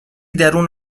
درون